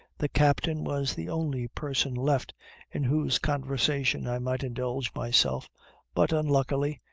the captain was the only person left in whose conversation i might indulge myself but unluckily,